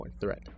threat